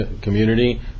community